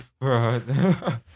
Right